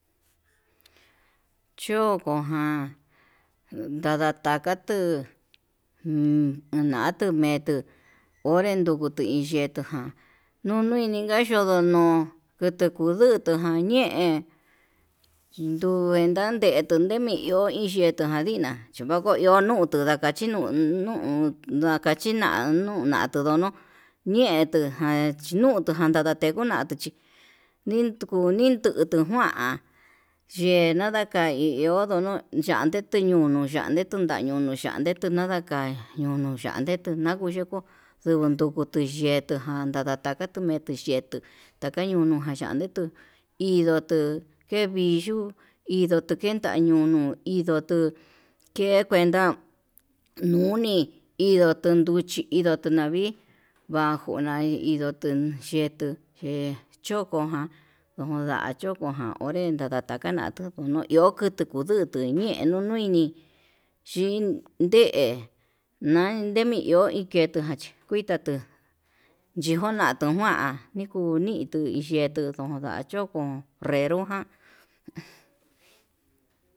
Chuku ján ndada taka tuu uun natu metu'u, onren ndukutu iin ye'e tuján nunuini ngan yo'o ndono kueti kundutu njanñe kuu kuenta nduku ndemi iho iin yeta ndina chí oko iho nuutu ndakachi nuu nuu nakachi na'a nunatu, ndono ñetuján he chiñutu ján nadatengo nunatu chí ninduku nindutu, kuan yena ndanaka hí iho ondono yandeti ñuunu yande kuñandu nuyandetu ñanda ka'a ñuñuu chande tuu nakun yukuu ndukutu yetuu, andakato yetuu ndakñunuján yande tuu indotu kevituu hindo tukenda inda ñoño inndotu ke'e kuenta nuni indo nruchi indoto navi'í vakunai indotu chetuu ye'e choko ján, ndoda chokoján onré ndaka natuu ono'í iho kutuu kundutu ñe'e ñonuini yinde, nai hi mi'ó kueta ján chi kutatu yejun ñatuu, nukuan nikuñituu ye'e tutu kuan yoko nreroján.